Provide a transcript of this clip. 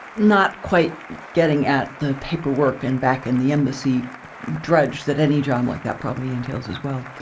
not quite getting at the paperwork and back in the embassy dredge that any job like that probably entails as well.